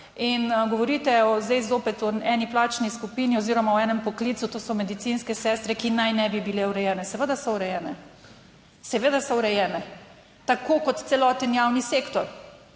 In govorite zdaj zopet o eni plačni skupini oziroma v enem poklicu, to so medicinske sestre, ki naj ne bi bile urejene. Seveda so urejene. Seveda so urejene, tako kot celoten javni sektor.